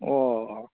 ꯑꯣ